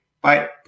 Bye